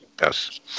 Yes